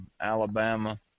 Alabama